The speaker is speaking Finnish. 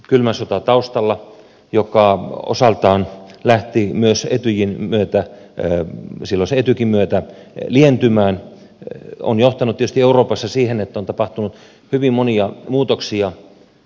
kylmä sota oli taustalla joka osaltaan lähti myös etyjin myötä silloisen etykin myötä lientymään ja se on johtanut tietysti euroopassa siihen että on tapahtunut hyvin monia muutoksia